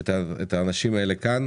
את האנשים האלה כאן,